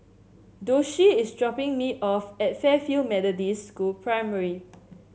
Doshie is dropping me off at Fairfield Methodist School Primary